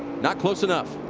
not close enough.